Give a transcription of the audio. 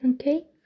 okay